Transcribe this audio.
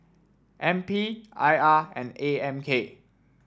N P I R and A M K